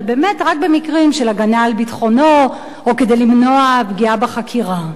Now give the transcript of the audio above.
אבל רק במקרים של הגנה על ביטחונו או כדי למנוע פגיעה בחקירה.